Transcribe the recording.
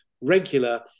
regular